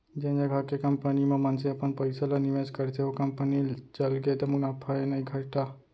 जेन जघा के कंपनी म मनसे अपन पइसा ल निवेस करथे ओ कंपनी चलगे त मुनाफा हे नइते घाटा